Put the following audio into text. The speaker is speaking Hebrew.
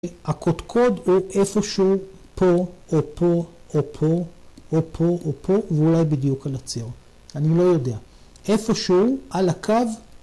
הקודקוד הוא איפשהו פה, או פה, או פה, או פה, או פה, ואולי בדיוק על הציר אני לא יודע איפשהו על הקו